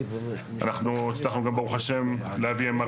אנחנו הצלחנו גם ברוך ה' להביא MRI